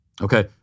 Okay